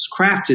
crafted